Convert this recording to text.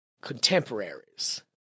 contemporaries